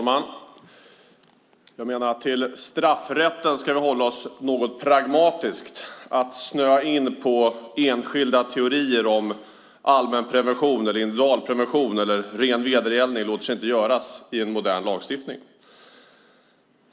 Herr talman! Till straffrätten ska vi hålla oss något pragmatiskt. Att snöa in på enskilda teorier om allmän prevention eller ren vedergällning låter sig inte göras i en modern lagstiftning.